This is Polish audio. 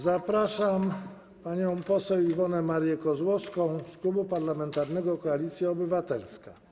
Zapraszam panią poseł Iwonę Marię Kozłowską z Klubu Parlamentarnego Koalicja Obywatelska.